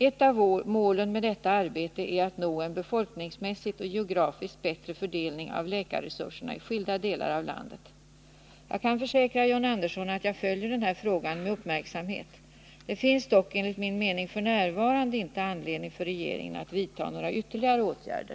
Ett av målen med detta arbete är att nå en befolkningsmässigt och geografiskt bättre fördelning av läkarresurserna i skilda delar av landet. Jag kan försäkra John Andersson att jag följer denna fråga med uppmärksamhet. Det finns dock enligt min mening f. n. inte anledning för regeringen att vidta några ytterligare åtgärder.